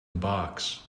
box